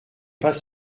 pas